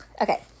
Okay